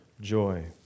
joy